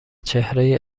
چهره